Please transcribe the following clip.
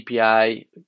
API